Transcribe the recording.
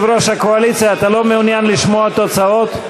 אתה לא מעוניין לשמוע תוצאות?